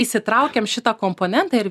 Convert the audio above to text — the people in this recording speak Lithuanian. įsitraukėm šitą komponentą ir